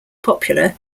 popular